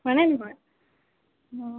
হয় নে নহয় অঁ